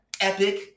epic